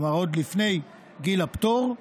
כלומר עוד לפני גיל הפטור,